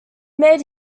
made